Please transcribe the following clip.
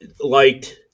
liked